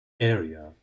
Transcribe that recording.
area